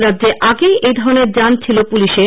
রাজ্যে আগেই এই ধরনের যান ছিল পুলিশে